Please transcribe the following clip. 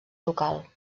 local